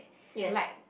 like